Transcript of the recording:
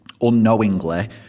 unknowingly